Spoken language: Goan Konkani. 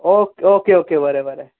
ओके ओके ओके बरें बरें